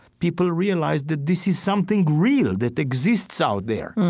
people realize that this is something real that exists out there.